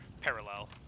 parallel